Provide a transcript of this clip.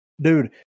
dude